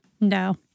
No